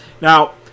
Now